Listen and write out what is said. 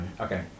okay